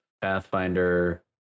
Pathfinder